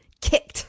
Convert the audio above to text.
kicked